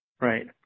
Right